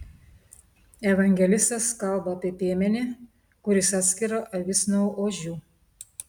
evangelistas kalba apie piemenį kuris atskira avis nuo ožių